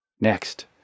Next